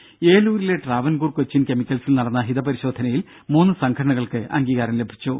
ദേദ ഏലൂരിലെ ട്രാവൻകൂർ കൊച്ചിൻ കെമിക്കൽസിൽ നടന്ന ഹിതപരിശോധനയിൽ മൂന്ന് സംഘടനകൾക്ക് അംഗീകാരം ലഭിച്ചു